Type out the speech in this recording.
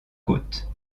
côte